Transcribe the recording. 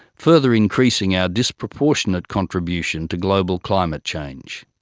further increasing our disproportionate contribution to global climate change.